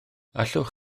allwch